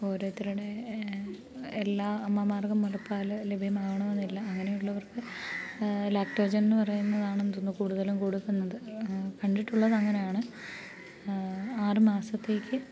ഓരോരുത്തരുടെ എല്ലാ അമ്മമാർക്കും മുലപ്പാല് ലഭ്യമാകണമെന്നില്ല അങ്ങനെയുള്ളവർക്ക് ലാക്ടോജൻ എന്നുപറയുന്നതാണ് കുടുതലും കൊടുക്കുന്നത് കണ്ടിട്ടുള്ളതങ്ങനെയാണ് ആറുമാസത്തേയ്ക്ക്